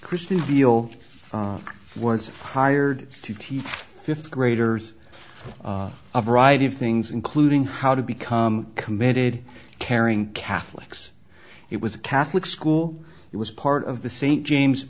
kristin beal words hired to teach fifth graders a variety of things including how to become committed caring catholics it was a catholic school it was part of the st james